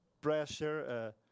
pressure